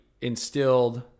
instilled